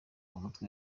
umutwe